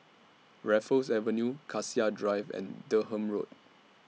Raffles Avenue Cassia Drive and Durham Road